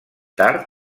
tard